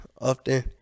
Often